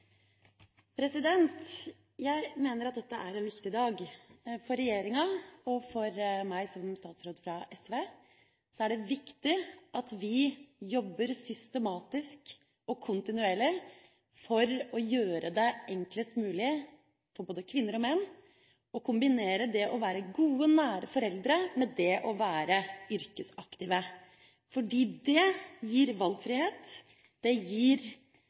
fra SV er det viktig at vi jobber systematisk og kontinuerlig for å gjøre det enklest mulig for både kvinner og menn å kombinere det å være gode, nære foreldre med det å være yrkesaktive – fordi det gir valgfrihet, selvstendighet og trygghet. Det